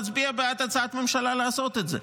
אני אבוא לפה ואצביע בעד הצעת ממשלה לעשות את זה.